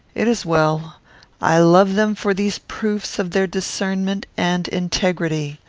it is well i love them for these proofs of their discernment and integrity.